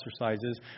exercises